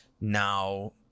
Now